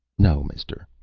no, mister.